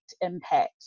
impact